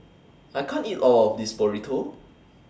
I can't eat All of This Burrito